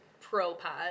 pro-pot